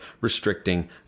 restricting